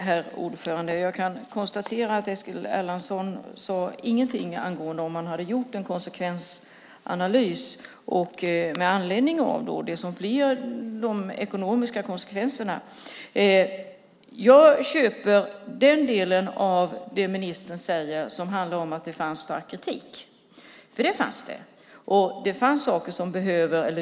Herr talman! Jag kan konstatera att Eskil Erlandsson inte sade någonting angående om man hade gjort en konsekvensanalys med anledning av det som blir de ekonomiska konsekvenserna. Jag köper den del av det ministern säger som handlar om att det fanns stark kritik, för det fanns det.